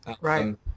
Right